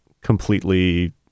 completely